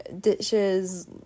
dishes